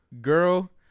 girl